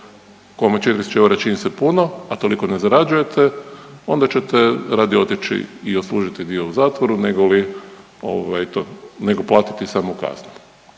će 4 000 eura čini se puno, a toliko ne zarađujete, onda ćete radije otići i odslužiti dio u zatvoru nego li ovaj,